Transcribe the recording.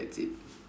that's it